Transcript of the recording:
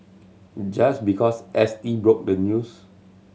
just because S T broke the news